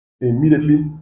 Immediately